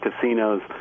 casinos